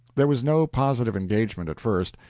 there was no positive engagement at first,